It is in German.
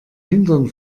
hintern